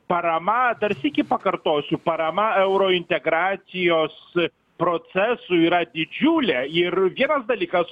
parama dar sykį pakartosiu parama eurointegracijos procesui yra didžiulė ir vienas dalykas